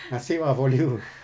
nasib ah forklift tu